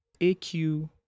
AQ